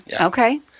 Okay